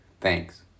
Thanks